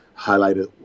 highlighted